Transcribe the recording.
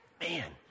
man